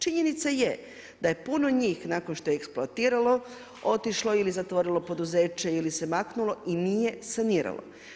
Činjenica je da je puno njih nakon što je eksploatiralo otišlo ili zatvorilo poduzeće ili se maknulo i nije saniralo.